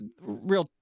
real